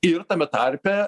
ir tame tarpe